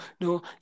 no